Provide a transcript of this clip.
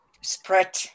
spread